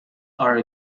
are